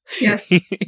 Yes